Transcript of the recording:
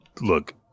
look